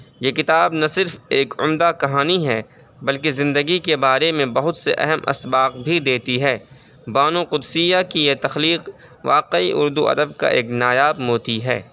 یہ کتاب نہ صرف ایک عمدہ کہانی ہے بلکہ زندگی کے بارے میں بہت سے اہم اسباق بھی دیتی ہے بانو قدسیہ کی یہ تخلیق واقعی اردو ادب کا ایک نایاب موتی ہے